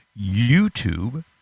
YouTube